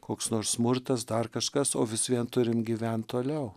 koks nors smurtas dar kažkas o vis vien turim gyvent toliau